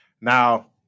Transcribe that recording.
Now